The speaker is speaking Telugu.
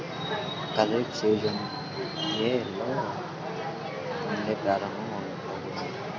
ఖరీఫ్ సీజన్ ఏ నెల నుండి ప్రారంభం అగును?